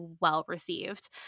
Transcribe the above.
well-received